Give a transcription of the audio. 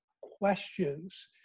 questions